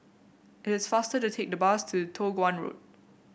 it is faster to take the bus to Toh Guan Road